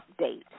update